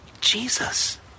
Jesus